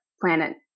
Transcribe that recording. planet